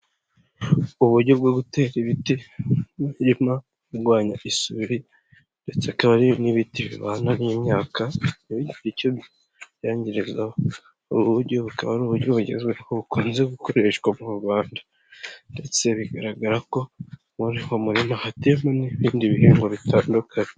Uburyo bwo gutera ibiti mu mirima birwanya isuri ndetse akaba ari n'ibiti bivangwa n'imyaka ntibigire icyo bibyangirizaho, ubu buryo bukaba ari uburyo bugezweho bukunze gukoreshwa mu Rwanda ndetse bigaragara ko muri uyu murima hateyemo n'ibindi bihingwa bitandukanye.